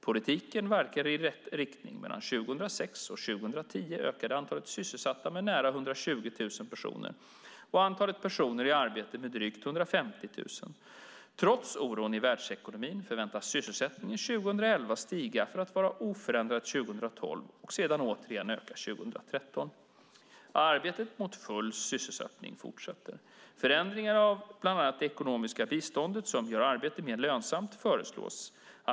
Politiken verkar i rätt riktning. Mellan 2006 och 2010 ökade antalet sysselsatta med nära 120 000 personer och antalet personer i arbete med drygt 150 000. Trots oron i världsekonomin förväntas sysselsättningen 2011 stiga för att vara oförändrad under 2012 och sedan återigen öka 2013. Arbetet mot full sysselsättning fortsätter. Förändringar av bland annat det ekonomiska biståndet, som gör arbete mer lönsamt, föreslås.